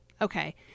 Okay